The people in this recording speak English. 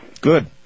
Good